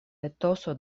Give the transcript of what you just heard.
etoso